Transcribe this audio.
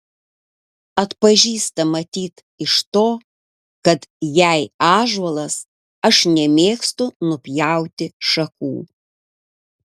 atpažįsta matyt iš to kad jei ąžuolas aš nemėgstu nupjauti šakų